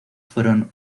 fueron